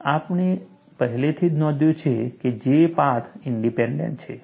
અને આપણે પહેલેથી જ નોંધ્યું છે કે J પાથ ઇન્ડીપેન્ડન્ટ છે